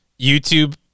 youtube